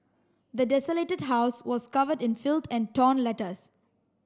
the desolated house was covered in filth and torn letters